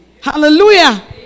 Hallelujah